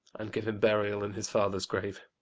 and give him burial in his father's grave.